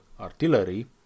artillery